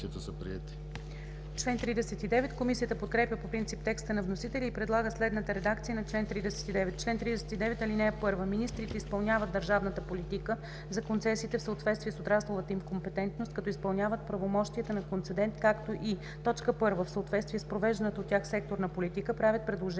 Комисията подкрепя по принцип текста на вносителя и предлага следната редакция на чл. 39: „Чл. 39. (1) Министрите изпълняват държавната политика за концесиите в съответствие с отрасловата им компетентност, като изпълняват правомощията на концедент, както и: 1. в съответствие с провежданата от тях секторна политика правят предложения до Координационния